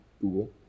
Google